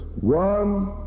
One